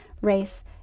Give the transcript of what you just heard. race